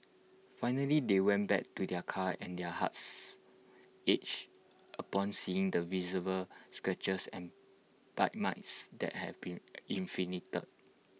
finally they went back to their car and their hearts ached upon seeing the visible scratches and bite marks that had been inflicted